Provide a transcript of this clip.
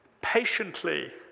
patiently